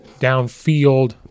downfield